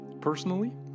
Personally